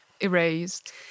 erased